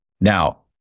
Now